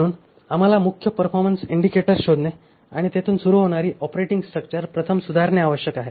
म्हणून आम्हाला मुख्य परफॉर्मन्स इंडिकेटर शोधणे आणि तेथून सुरू होणारी ऑपरेटिंग स्ट्रक्चर प्रथम सुधारणे आवश्यक आहे